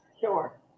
sure